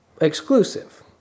exclusive